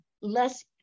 less